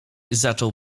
zaczął